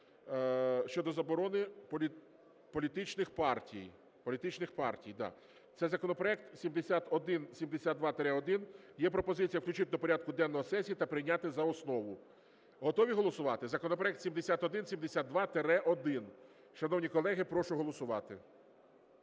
партій. Політичних партій, да. Це законопроект 7172-1. Є пропозиція включити до порядку денного сесії та прийняти за основу. Готові голосувати? Законопроект 7172-1. Шановні колеги, прошу голосувати.